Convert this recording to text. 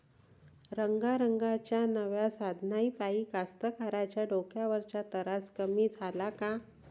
रंगारंगाच्या नव्या साधनाइपाई कास्तकाराइच्या डोक्यावरचा तरास कमी झाला का?